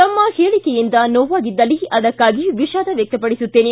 ತಮ್ಮ ಹೇಳಿಕೆಯಿಂದ ಸೋವಾಗಿದ್ದಲ್ಲಿ ಅದಕ್ಕಾಗಿ ವಿಷಾದ ವ್ಯಕ್ತಪಡಿಸುತ್ತೇನೆ